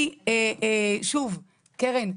שוב, קרן,